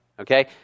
okay